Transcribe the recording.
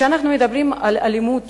כשאנחנו מדברים על אלימות